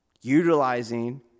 utilizing